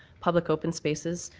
public open spaces,